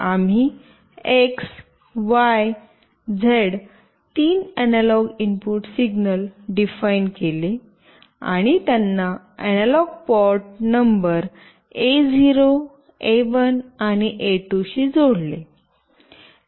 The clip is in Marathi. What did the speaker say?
आम्ही एक्स वाय झेड तीन एनालॉग इनपुट सिग्नल डिफाइन केले आणि त्यांना analog port number A0 A1 आणि A2 शी जोडले